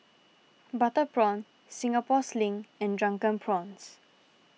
Butter Prawn Singapore Sling and Drunken Prawns